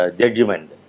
judgment